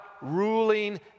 ruling